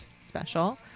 special